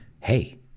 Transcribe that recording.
Hey